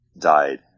died